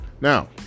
Now